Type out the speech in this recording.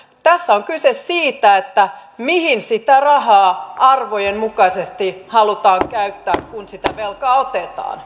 tässä on kyse siitä mihin sitä rahaa arvojen mukaisesti halutaan käyttää kun sitä velkaa otetaan